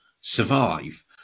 survive